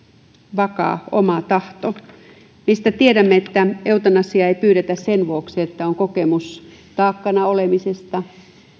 vakaa oma tahto mistä tiedämme että eutanasiaa ei pyydetä sen vuoksi että on kokemus taakkana olemisesta